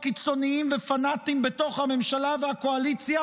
קיצוניים ופנאטיים בתוך הממשלה והקואליציה,